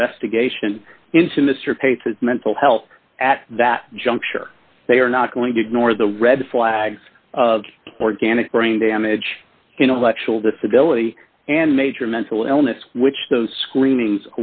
investigation into mr pate his mental health at that juncture they are not going to ignore the red flags of organic brain damage intellectual disability and major mental illness which those screening